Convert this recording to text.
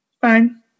Fine